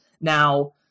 Now